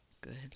good